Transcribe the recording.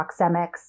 proxemics